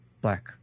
Black